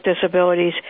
disabilities